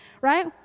right